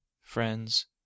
friends